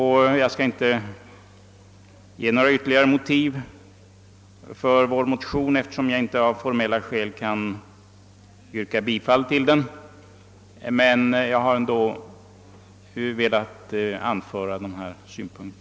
Jag skall inte ange några ytterligare motiv för våra motioner, eftersom jag av formella skäl inte kan yrka bifall till dem, men jag har ändå önskat anföra dessa synpunkter.